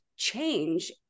change